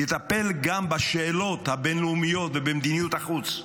הוא יטפל גם בשאלות הבין-לאומיות ובמדיניות החוץ.